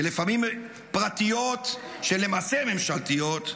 ולפעמים פרטיות שלמעשה הן ממשלתיות,